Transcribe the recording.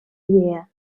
year